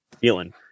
feeling